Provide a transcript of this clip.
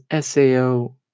SAO